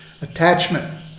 attachment